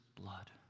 blood